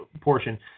portion